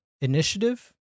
initiative